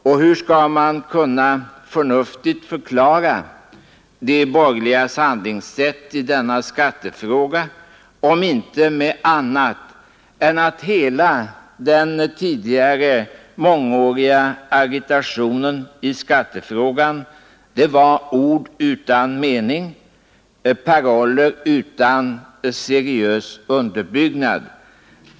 Och hur skall man kunna förnuftigt förklara de borgerligas handlingssätt i denna skattefråga, om inte med att hela den tidigare, mångåriga agitationen i skattefrågan var — ord utan mening, paroller utan seriös underbyggnad?